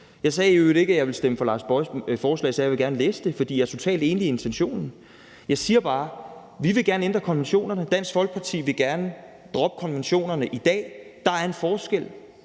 Jeg sagde i øvrigt ikke, at jeg ville stemme for hr. Lars Boje Mathiesens forslag. Jeg sagde: Jeg vil gerne læse det. For jeg er totalt enig i intentionen. Jeg siger bare: Vi vil gerne ændre konventionerne. Dansk Folkeparti vil gerne droppe konventionerne i dag. Der er en forskel.